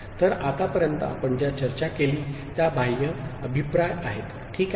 तर आतापर्यंत आपण ज्या चर्चा केली त्या बाह्य अभिप्राय आहेत ठीक आहे